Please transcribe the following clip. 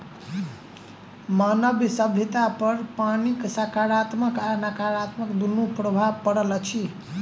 मानव सभ्यतापर पानिक साकारात्मक आ नाकारात्मक दुनू प्रभाव पड़ल अछि